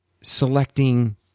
Selecting